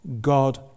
God